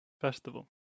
Festival